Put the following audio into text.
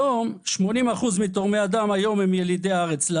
"80% מתורמי הדם היום הם ילידי הארץ.